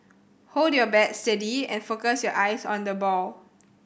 hold your bat steady and focus your eyes on the ball